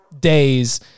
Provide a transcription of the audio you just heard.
days